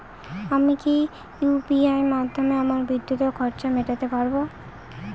আমি কি ইউ.পি.আই মাধ্যমে আমার বিদ্যুতের খরচা মেটাতে পারব?